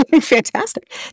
fantastic